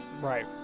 Right